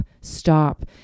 stop